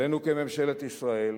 עלינו כממשלת ישראל